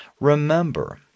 Remember